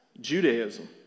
Judaism